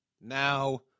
Now